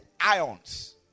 ions